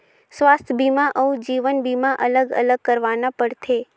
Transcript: स्वास्थ बीमा अउ जीवन बीमा अलग अलग करवाना पड़थे?